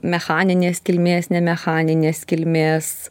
mechaninės kilmės nemechaninės kilmės